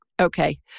okay